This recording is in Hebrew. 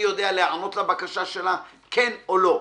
יודע להיענות לבקשה שלה כן או לא?